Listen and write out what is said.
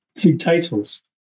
titles